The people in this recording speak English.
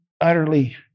utterly